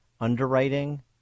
underwriting